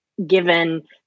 given